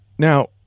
Now